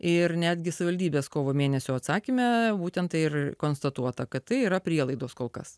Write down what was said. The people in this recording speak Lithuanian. ir netgi savivaldybės kovo mėnesio atsakyme būtent tai ir konstatuota kad tai yra prielaidos kol kas